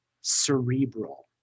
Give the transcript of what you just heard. cerebral